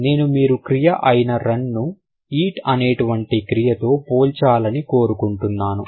నేను మీరు క్రియ అయిన రన్ ను ఈట్ అనేటువంటి క్రియ తో పోల్చాలని కోరుకుంటున్నాను